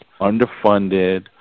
underfunded